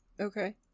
Okay